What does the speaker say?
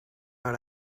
out